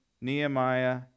Nehemiah